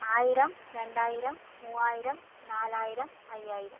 ആയിരം രണ്ടായിരം മൂവായിരം നാലായിരം അഞ്ചായിരം